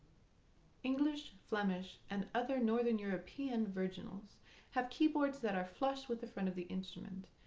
english, flemish, and other northern european virginals have keyboards that are flush with the front of the instrument.